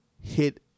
hit